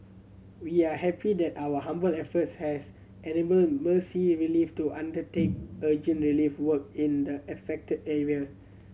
we are happy that our humble efforts has enabled Mercy Relief to undertake urgent relief work in the affected area